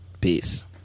peace